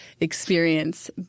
experience